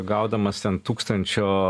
gaudamas ten tūkstančio